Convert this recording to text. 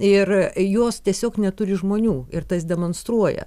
ir jos tiesiog neturi žmonių ir tas demonstruoja